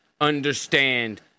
understand